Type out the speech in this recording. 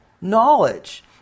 knowledge